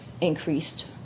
increased